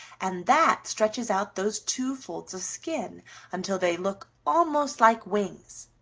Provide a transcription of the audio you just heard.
and that stretches out those two folds of skin until they look almost like wings.